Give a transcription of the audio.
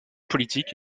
politique